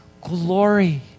glory